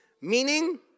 meaning